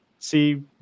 see